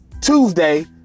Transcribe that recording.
Tuesday